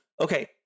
Okay